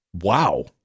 Wow